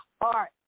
art